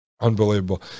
Unbelievable